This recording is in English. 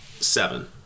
seven